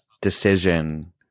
decision